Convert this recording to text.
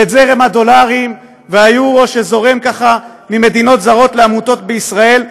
ואת זרם הדולרים והאירו שזורם ככה ממדינות זרות לעמותות בישראל,